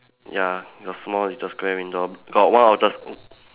ya a small little square window got one outer s~